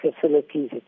facilities